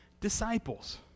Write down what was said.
disciples